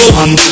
one